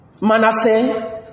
Manasseh